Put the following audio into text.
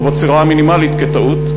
או מינימום בטעות.